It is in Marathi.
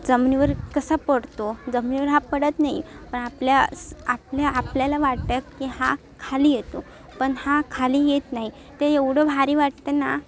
जमिनीवर कसा पडतो जमिनीवर हा पडत नाही पण आपल्यास आपल्या आपल्याला वाटतं की हा खाली येतो पण हा खाली येत नाही ते एवढं भारी वाटतं ना